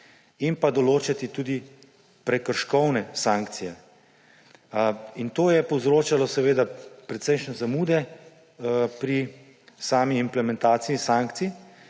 in določati tudi prekrškovne sankcije. To je povzročalo seveda precejšnje zamude pri sami implementacij sankcij,